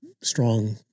Strong